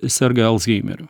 serga alzheimeriu